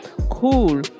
Cool